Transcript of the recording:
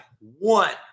one